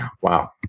Wow